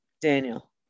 Daniel